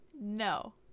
No